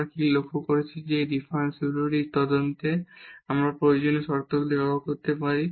আমরা কি লক্ষ্য করেছি যে এই ডিফারেনশিবিলিটির অনুসন্ধানের জন্য আমরা প্রয়োজনীয় শর্তগুলি ব্যবহার করতে পারি